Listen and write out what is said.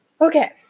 Okay